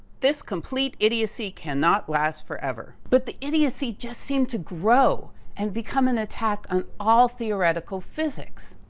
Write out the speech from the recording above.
this complete idiocy cannot last forever. but the idiocy just seemed to grow and become an attack on all theoretical physics.